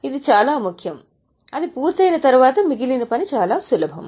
ఇది చాలా ముఖ్యం అది పూర్తయిన తర్వాత మిగిలిన పని చాలా సులభం